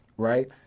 right